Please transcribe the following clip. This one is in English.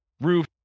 roof